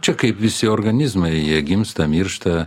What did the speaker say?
čia kaip visi organizmai jie gimsta miršta